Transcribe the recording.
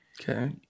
Okay